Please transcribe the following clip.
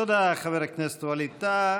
תודה לחבר הכנסת ווליד טאהא.